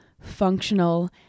functional